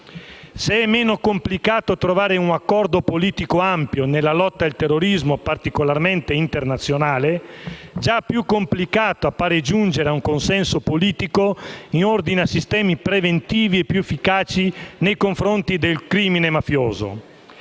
Se è meno complicato trovare un accordo politico ampio nella lotta al terrorismo, particolarmente internazionale, già più complicato appare giungere ad un consenso politico in ordine a sistemi preventivi e più efficaci nei confronti del crimine mafioso.